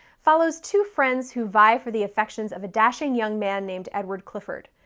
follows two friends who vie for the affections of a dashing young man named edward clifford.